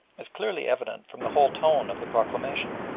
is clearly evident from the whole tone of the proclamation.